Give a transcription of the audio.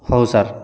ହଉ ସାର୍